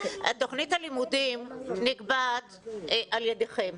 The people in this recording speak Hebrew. תכנית הלימודים נקבעת על ידיכם.